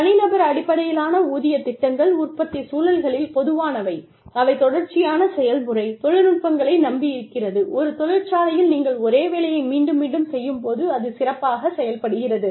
தனிநபர் அடிப்படையிலான ஊதிய திட்டங்கள் உற்பத்திச் சூழல்களில் பொதுவானவை அவை தொடர்ச்சியான செயல்முறை தொழில்நுட்பங்களை நம்பி இருக்கிறது ஒரு தொழிற்சாலையில் நீங்கள் ஒரே வேலையை மீண்டும் மீண்டும் செய்யும் போது அது சிறப்பாகச் செயல்படுகிறது